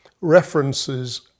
references